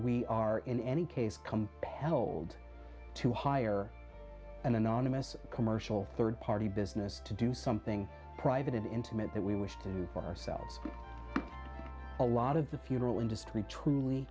we are in any case compelled to hire an anonymous commercial rd party business to do something private intimate that we wish to do for ourselves a lot of the funeral industry truly